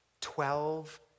Twelve